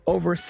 Over